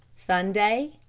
sunday,